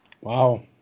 Wow